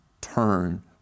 turn